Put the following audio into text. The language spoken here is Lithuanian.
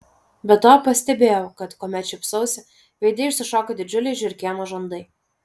be to pastebėjau kad kuomet šypsausi veide išsišoka didžiuliai žiurkėno žandai